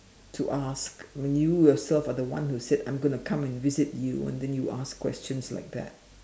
to ask when you yourself are the one who said I'm going to come and visit you and then you ask questions like that